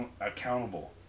accountable